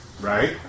Right